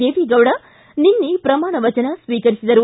ದೇವೇಗೌಡ ನಿನ್ನೆ ಪ್ರಮಾಣವಚನ ಸ್ವೀಕರಿಸಿದರು